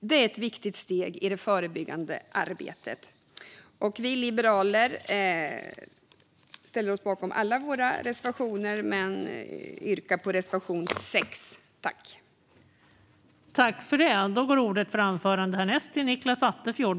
Det är ett viktigt steg i det förebyggande arbetet. Vi liberaler står naturligtvis bakom alla våra reservationer, men jag väljer att yrka bifall endast till reservation 6.